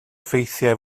ffeithiau